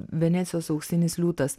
venecijos auksinis liūtas